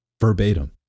verbatim